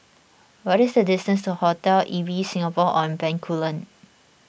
what is the distance to Hotel Ibis Singapore on Bencoolen